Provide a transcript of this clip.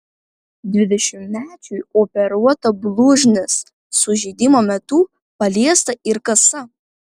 dvidešimtmečiui operuota blužnis sužeidimo metu paliesta ir kasa